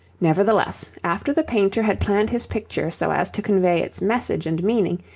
nevertheless, after the painter had planned his picture so as to convey its message and meaning,